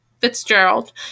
Fitzgerald